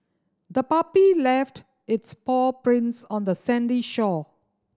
the puppy left its paw prints on the sandy shore